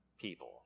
people